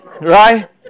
Right